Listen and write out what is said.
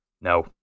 No